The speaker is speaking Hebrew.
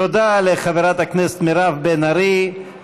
תודה לחברת הכנסת מירב בן ארי.